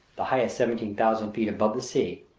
the highest seventeen thousand feet above the sea,